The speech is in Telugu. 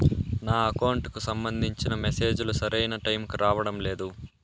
నా అకౌంట్ కు సంబంధించిన మెసేజ్ లు సరైన టైము కి రావడం లేదు